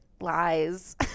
lies